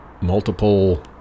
multiple